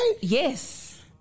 Yes